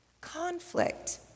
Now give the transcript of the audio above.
conflict